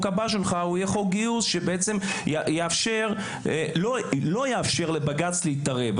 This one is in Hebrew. הבא שלך יהיה חוק גיוס שבעצם לא יאפשר לבג"צ להתערב.